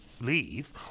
leave